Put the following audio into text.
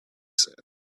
said